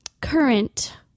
current